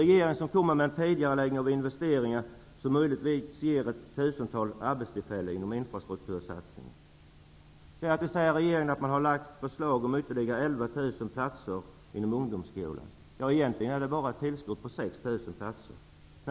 Regeringen kommer med en tidigareläggning av investeringar som möjligen ger ett tusental arbetstillfällen inom infrastruktursatsningen. Därtill har regeringen föreslagit ytterligare 11 000 platser inom ungdomsskolan. Egentligen är det bara ett tillskott på 6 000.